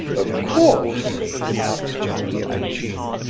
of course, remarked general yeah epanchin,